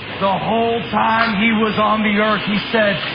the whole time he was on the earth he said,